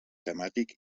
temàtic